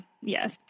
Yes